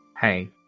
hey